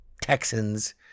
Texans